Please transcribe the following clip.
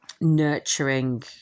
nurturing